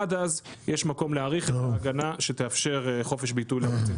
עד אז יש מקום להאריך את ההגנה שתאפשר חופש ביטוי לערוצים.